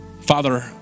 Father